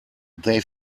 they